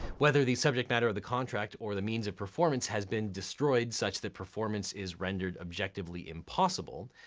whether the subject matter of the contract or the means of performance has been destroyed such that performance is rendered objectively impossible.